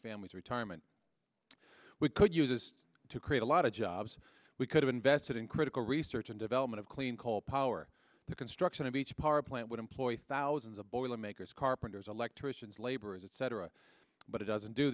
families retirement we could use this to create a lot of jobs we could have invested in critical research and development of clean coal power the construction of each power plant would employ thousands of boilermakers carpenters electricians laborers etc but it doesn't do